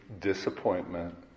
disappointment